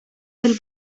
del